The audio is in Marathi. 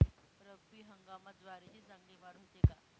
रब्बी हंगामात ज्वारीची चांगली वाढ होते का?